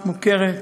מוכרת.